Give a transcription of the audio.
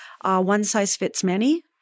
one-size-fits-many